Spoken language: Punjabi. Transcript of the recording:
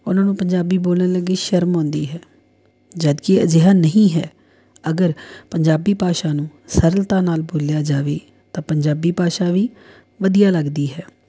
ਉਹਨਾਂ ਨੂੰ ਪੰਜਾਬੀ ਬੋਲਣ ਲੱਗੇ ਸ਼ਰਮ ਆਉਂਦੀ ਹੈ ਜਦਕਿ ਅਜਿਹਾ ਨਹੀਂ ਹੈ ਅਗਰ ਪੰਜਾਬੀ ਭਾਸ਼ਾ ਨੂੰ ਸਰਲਤਾ ਨਾਲ਼ ਬੋਲਿਆ ਜਾਵੇ ਤਾਂ ਪੰਜਾਬੀ ਭਾਸ਼ਾ ਵੀ ਵਧੀਆ ਲੱਗਦੀ ਹੈ